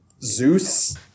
Zeus